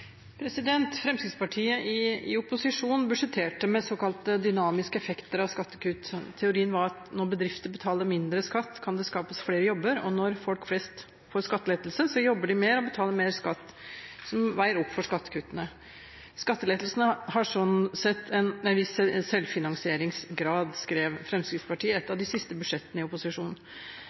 Fremskrittspartiet i opposisjon budsjetterte med såkalte dynamiske effekter av skattekutt. Teorien var at når bedrifter betaler mindre skatt, kan det skapes flere jobber, og når folk flest får skattelettelser, jobber de mer og betaler mer skatt, som veier opp for skattekuttene. «Skattelettelser har en viss selvfinansieringsgrad», skrev Fremskrittspartiet i et av de siste budsjettene i